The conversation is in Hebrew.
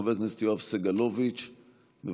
חבר הכנסת יואב סגלוביץ', בבקשה.